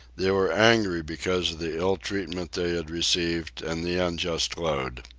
they were angry because of the ill treatment they had received and the unjust load.